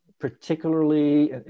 particularly